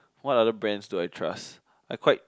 what other brands do I trust I quite